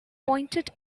pointed